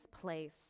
place